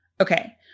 Okay